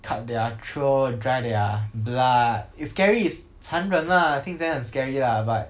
cut their throat dry their blood it's scary it's 残忍 lah I think it's kind of scary lah but